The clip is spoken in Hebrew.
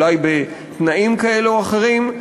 אולי בתנאים כאלה ואחרים.